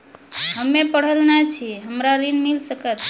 हम्मे पढ़ल न छी हमरा ऋण मिल सकत?